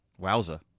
Wowza